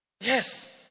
yes